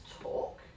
talk